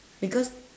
because